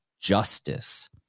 justice